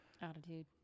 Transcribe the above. attitude